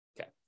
Okay